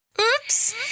Oops